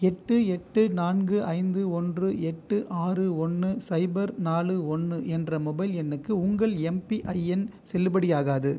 எட்டு எட்டு நான்கு ஐந்து ஒன்று எட்டு ஆறு ஒன்று சைபர் நாலு ஒன்று என்ற மொபைல் எண்ணுக்கு உங்கள் எம்பிஐஎன் செல்லுபடியாகாது